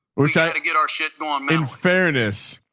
we're trying to get our shit going um in fairness.